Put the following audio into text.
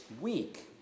week